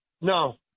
No